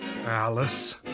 Alice